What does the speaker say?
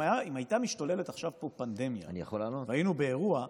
אם הייתה משתוללת פה עכשיו פנדמיה והיינו באירוע,